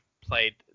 played